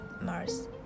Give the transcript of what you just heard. Mars